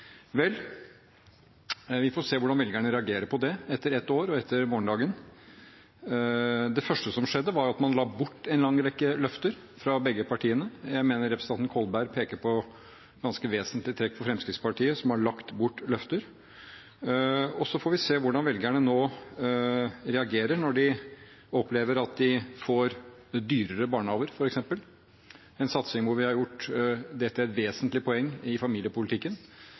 Vel, vi får se hvordan velgerne reagerer på det etter et år og etter morgendagen. Det første som skjedde, var at man la bort en lang rekke løfter fra begge partiene. Jeg mener representanten Kolberg peker på ganske vesentlige trekk ved Fremskrittspartiet, som har lagt bort løfter. Så får vi se hvordan velgerne nå reagerer når de opplever at de f.eks. får dyrere barnehager – en satsing som vi har gjort til et vesentlig poeng i familiepolitikken.